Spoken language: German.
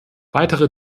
weitere